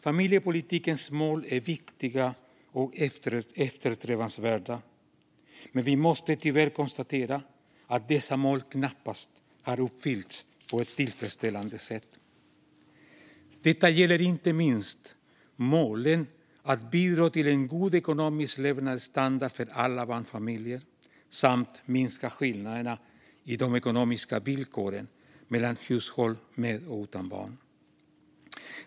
Familjepolitikens mål är viktiga och eftersträvansvärda, men vi måste tyvärr konstatera att dessa mål knappast har uppfyllts på ett tillfredsställande sätt. Detta gäller inte minst målen att bidra till en god ekonomisk levnadsstandard för alla barnfamiljer samt minska skillnaderna i de ekonomiska villkoren mellan hushåll med och utan barn.